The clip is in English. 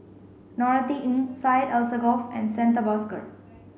Norothy Ng Syed Alsagoff and Santha Bhaskar